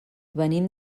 venim